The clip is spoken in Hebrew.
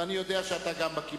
ואני יודע שאתה גם בקי